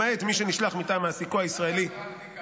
למעט מי שנשלח מטעם מעסיקו הישראלי --- מה